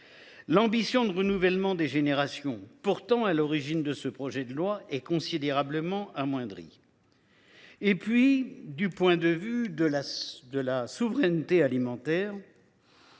L’ambition de renouvellement des générations, pourtant à l’origine de ce projet de loi, est considérablement amoindrie. Enfin, du point de vue de la souveraineté alimentaire,